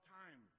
time